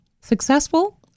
successful